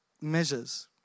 measures